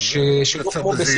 צריך לנקוט בו בזהירות.